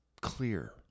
clear